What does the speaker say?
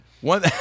One